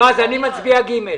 אני מצביע ג'.